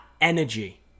energy